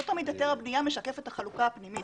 לא תמיד היתר הבנייה משקף את החלוקה הפנימית,